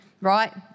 right